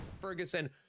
Ferguson